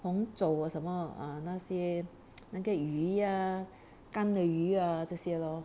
红枣哦什么那些那个鱼呀干的鱼呀这些咯